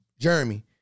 Jeremy